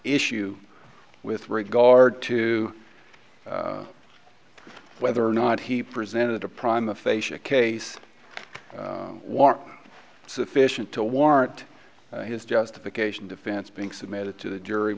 issue with regard to whether or not he presented a prime aphasia case was sufficient to warrant his justification defense being submitted to the jury